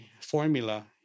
formula